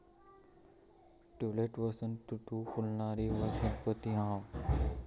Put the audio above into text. tulip वसंत ऋतूत फुलणारी वनस्पती हा